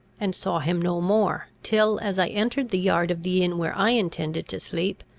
and saw him no more, till, as i entered the yard of the inn where i intended to sleep,